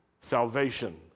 salvation